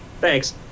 Thanks